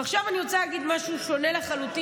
עכשיו אני רוצה לומר משהו שונה לחלוטין,